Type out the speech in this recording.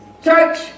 church